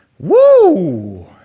Woo